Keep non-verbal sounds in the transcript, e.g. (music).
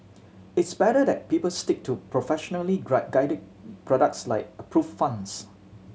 it's better that people stick to professionally (unintelligible) guided products like approve funds